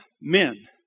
men